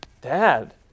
Dad